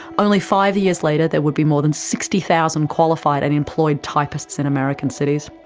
only five years later there would be more than sixty thousand qualified and employed typists in american cities.